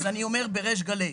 אז אני אומר בריש גלי,